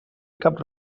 cap